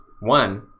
One